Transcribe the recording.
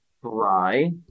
try